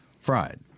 fried